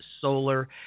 solar